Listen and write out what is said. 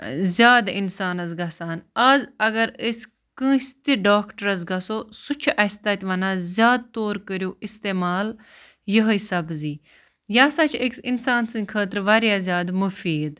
زیادٕ اِنسانَس گژھان آز اگر أسۍ کٲنٛسہِ تہِ ڈاکٹرٛس گژھو سُہ چھِ اَسہِ تَتہِ وَنان زیادٕ طور کٔرِو استعمال یِہٕے سبزی یہِ ہَسا چھِ أکِس اِنسان سٕنٛدِ خٲطرٕ واریاہ زیادٕ مُفیٖد